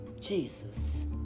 Jesus